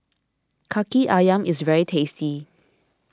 Kaki Ayam is very tasty